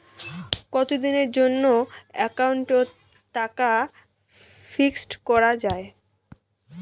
কতদিনের জন্যে একাউন্ট ওত টাকা ফিক্সড করা যায়?